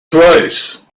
twice